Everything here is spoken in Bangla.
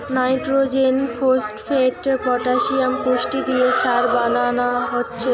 নাইট্রজেন, ফোস্টফেট, পটাসিয়াম পুষ্টি দিয়ে সার বানানা হচ্ছে